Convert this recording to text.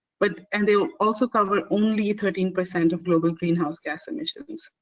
but and they also cover only thirteen percent of global greenhouse gas emissions.